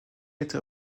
était